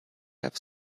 have